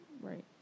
Right